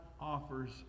offers